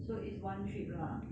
so is one trip lah